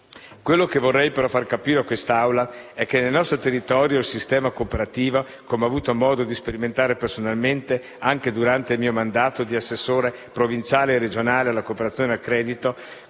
Quello che vorrei far capire a quest'Aula è che nel nostro territorio il sistema cooperativo - come ho avuto modo di sperimentare personalmente anche durante il mio mandato di assessore provinciale e regionale alla cooperazione e al credito